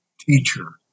teacher